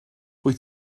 wyt